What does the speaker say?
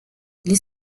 les